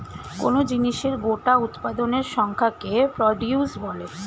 কোন জিনিসের গোটা উৎপাদনের সংখ্যাকে প্রডিউস বলে